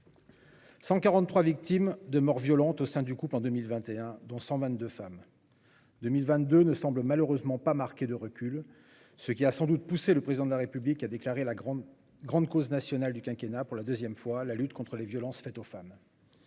143 victimes de morts violentes au sein du couple en 2021, dont 122 femmes. L'année 2022 ne semble malheureusement pas marquer de recul, ce qui a sans doute poussé le Président de la République à déclarer grande cause nationale du quinquennat, pour la seconde fois, la lutte contre les violences faites aux femmes.